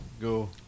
Go